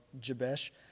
Jabesh